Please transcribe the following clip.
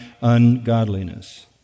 ungodliness